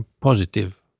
positive